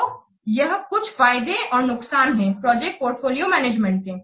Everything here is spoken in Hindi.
तो यह कुछ फायदे और नुकसान है प्रोजेक्ट पोर्टफोलियो मैनेजमेंट के